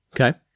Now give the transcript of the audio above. Okay